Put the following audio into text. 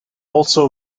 also